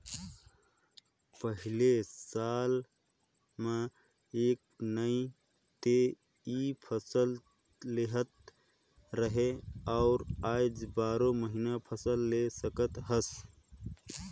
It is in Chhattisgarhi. पहिले साल म एक नइ ते इ फसल लेहत रहें अउ आज बारो महिना फसल ले सकत हस